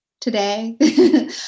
today